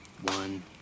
one